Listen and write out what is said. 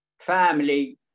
family